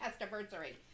anniversary